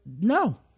no